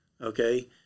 Okay